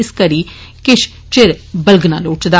इस्सै करी किश चिर बलगना लोढ़चदा